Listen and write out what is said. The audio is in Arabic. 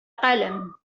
قلم